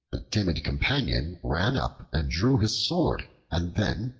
the timid companion ran up and drew his sword, and then,